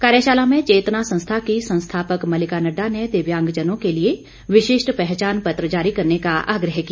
कार्यशाला में चेतना संस्था की संस्थापक मल्लिका नड्डा ने दिव्यांगजनों के लिए विशिष्ट पहचानपत्र जारी करने का आग्रह किया